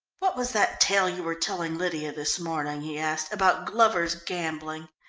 what was that tale you were telling lydia this morning, he asked, about glover's gambling?